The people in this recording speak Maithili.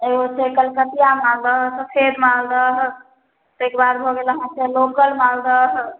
एगो छै कलकतिआ मालदह सफेद मालदह ताहिके बाद भऽ गेल अहाँके लोकल मालदह